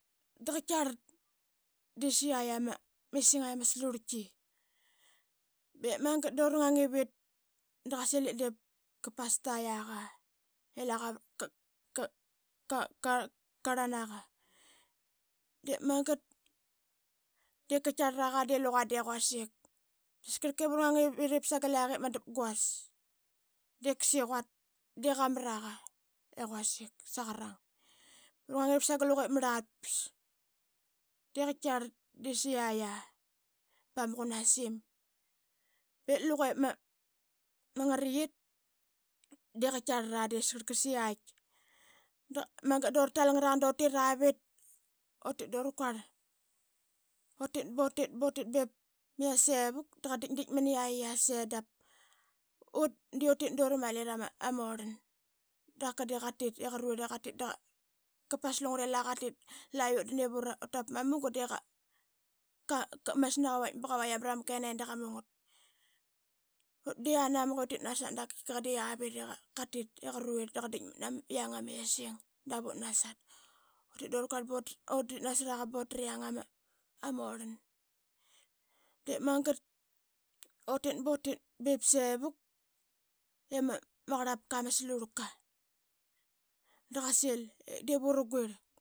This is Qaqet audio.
Da qaitkiarlt desa yait ama isingaqi ama slurqi. Be magat dura ngang ivit da qasil ip diip qa pas tayaqa ilaqa qarlanaqa de magat da qaitkarlaraqa de luqa de quasik. Saskrlip ura ngang ivit ip sagal yak ip ma dapguas de qasiquat de qamraqa i quasik saqarang. Ura ngang ivit sagal luqe ma rlatpas de qa tkiarlat de siyaya bama qun asim be luqe ma ngriqit de qatkarla de askarlka siyait de magat dura talngat ra da utiravit. Utit dura quarl utit butit, butit bevi yasevuk da qa ditk ditk man yait yase dap ut de utit dura mali rama orlan. Da qa de qatit i qarvirl tit daqapas lungre la qatit, laiutit ip ura tap pama munga de qa. masna qa vait ba qavaita mrama kenaqi da qamungat. Utditk anamak i utit nasat da qaitkika qa de lavit i qatit iqarvirl da qataitmat na yang ama esing davat nasat. Utit dura quarl dutit nasaraqa dutriang ama orlan de magat dutit, butit be sevuk, i ama qarlapka ma slurka da qasil ip diura guirl.